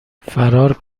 فرار